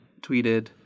tweeted